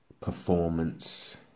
performance